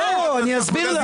לא, אני אסביר לך.